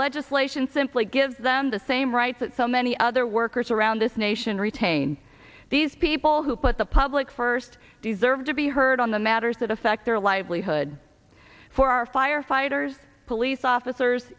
legislation simply gives them the same rights that so many other workers around this nation retain these people who put the public first deserve to be heard on the matters that affect their livelihood for our firefighters police officers